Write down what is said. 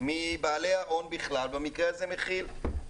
מבעלי ההון בכלל, במקרה הזה מכי"ל.